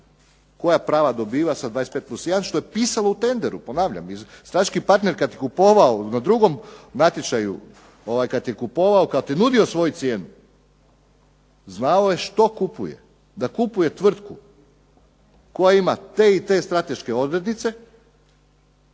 koja prava dobiva sa 25 plus jedan što je pisalo u tenderu, ponavljam. Strateški partner kada je kupovao na drugom natječaju, kada je kupovao kada je nudio svoju cijenu znao je što kupuje, da kupuje tvrtku koja ima te i te strateške odrednice